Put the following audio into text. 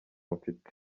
mfite